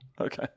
Okay